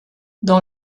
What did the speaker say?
dans